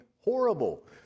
Horrible